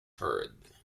heard